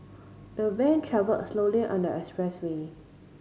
the van travelled slowly on the expressway